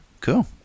Cool